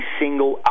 single